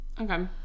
Okay